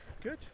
Good